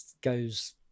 goes